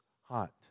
hot